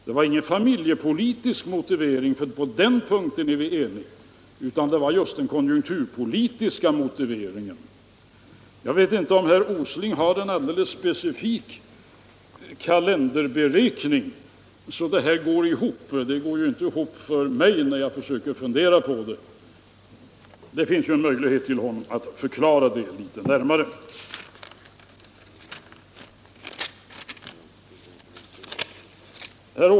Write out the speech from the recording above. Det var ingen familjepolitisk motivering — på den punkten är vi eniga — utan det var just en konjunkturpolitisk motivering för den tidigareläggningen. Jag vet inte om herr Åsling har någon specifik kalenderberäkning som gör att detta går ihop. Det går i alla fall inte ihop för mig när jag funderar över det. Han har här en möjlighet att förklara det litet närmare.